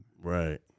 Right